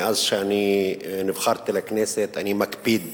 מאז שנבחרתי לכנסת אני מקפיד